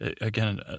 again